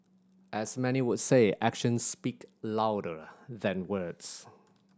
as many would say actions speak louder than words